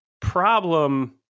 problem